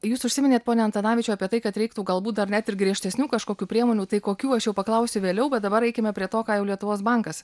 jūs užsiminėt pone antanavičiau apie tai kad reiktų galbūt dar net ir griežtesnių kažkokių priemonių tai kokių aš jau paklausiu vėliau bet dabar eikime prie to ką jau lietuvos bankas